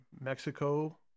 mexico